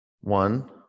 One